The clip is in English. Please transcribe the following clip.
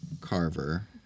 carver